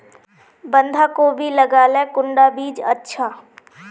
बंधाकोबी लगाले कुंडा बीज अच्छा?